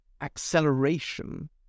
acceleration